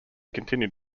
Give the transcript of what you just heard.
continued